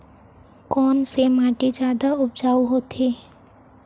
कोन से माटी जादा उपजाऊ होथे?